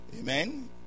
amen